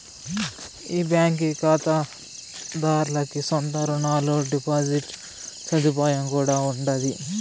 ఈ బాంకీ కాతాదార్లకి సొంత రునాలు, డిపాజిట్ సదుపాయం కూడా ఉండాది